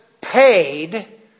paid